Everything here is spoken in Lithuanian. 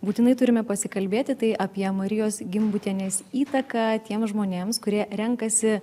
būtinai turime pasikalbėti tai apie marijos gimbutienės įtaką tiem žmonėms kurie renkasi